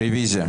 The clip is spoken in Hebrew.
רוויזיה.